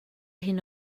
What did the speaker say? hyn